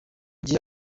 gihe